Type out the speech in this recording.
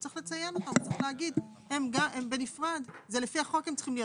הוא צריך לציין אותם ולומר שהם בנפרד ולפי החוק הן צריכות להיות.